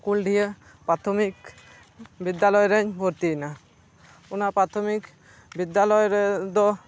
ᱠᱩᱞᱰᱤᱦᱟᱹ ᱯᱟᱨᱛᱷᱚᱢᱤᱠ ᱵᱤᱫᱽᱫᱟᱞᱚᱭᱨᱮᱧ ᱵᱷᱚᱨᱛᱤᱭᱮᱱᱟ ᱚᱱᱟ ᱯᱟᱨᱛᱷᱚᱢᱤᱠ ᱵᱤᱫᱽᱫᱟᱞᱚᱭ ᱨᱮᱫᱚ